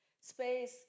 space